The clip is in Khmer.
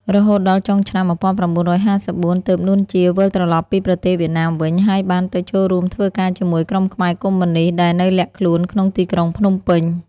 រហូតដល់ចុងឆ្នាំ១៩៥៤ ទើប នួន ជា វិលត្រឡប់ពីប្រទេសវៀតណាមវិញ ហើយបានទៅចូលរួមធ្វើការជាមួយក្រុមខ្មែរកុម្មុយនិស្ត ដែលនៅលាក់ខ្លួនក្នុងទីក្រុងភ្នំពេញ។